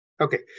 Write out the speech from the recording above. Okay